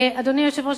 אדוני היושב-ראש,